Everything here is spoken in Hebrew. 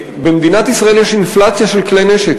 במדינת ישראל יש אינפלציה של כלי נשק,